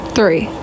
Three